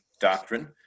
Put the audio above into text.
doctrine